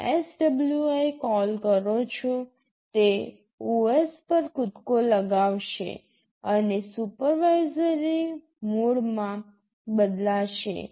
તમે SWI call કરો છો તે OS પર કૂદકો લગાવશે અને સુપરવાઇઝરી મોડમાં બદલાશે